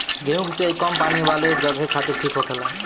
गेंहु के सिंचाई कम पानी वाला जघे खातिर ठीक होखेला